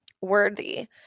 worthy